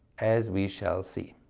as we shall see.